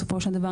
בסופו של דבר,